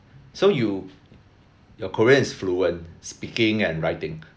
so you your korean is fluent speaking and writing